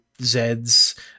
Zed's